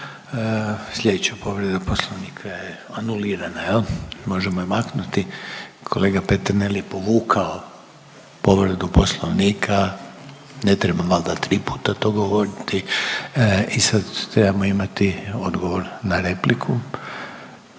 Slijedeća povreda Poslovnika je anulirana jel, možemo ju maknuti. Kolega Peternel je povukao povredu Poslovnika ne trebam valjda tri puta to govoriti i sad trebamo imati odgovor na repliku.